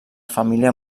família